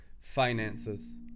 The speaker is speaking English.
finances